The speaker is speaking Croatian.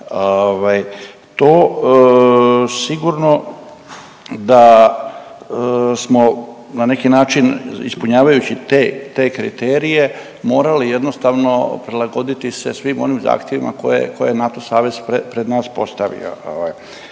to sigurno da smo na neki način ispunjavajući te, te kriterije morali jednostavno prilagoditi se svim onim zahtjevima koje, koje je NATO savez pred nas postavio